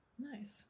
nice